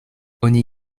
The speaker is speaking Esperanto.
oni